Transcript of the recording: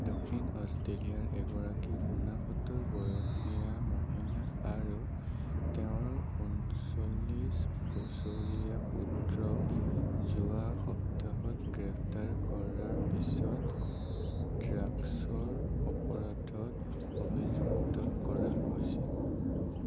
দক্ষিণ অষ্ট্ৰেলিয়াৰ এগৰাকী ঊনাসত্তৰ বয়সীয়া মহিলা আৰু তেওঁৰ ঊনচল্লিছ বছৰীয়া পুত্ৰক যোৱা সপ্তাহত গ্ৰেপ্তাৰ কৰাৰ পিছত ড্ৰাগছৰ অপৰাধত অভিযুক্ত কৰা হৈছে